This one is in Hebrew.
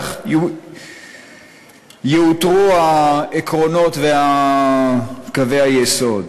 אחרי זה גם בטח יאותרו העקרונות וקווי היסוד.